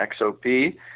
XOP